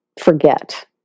forget